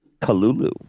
Kalulu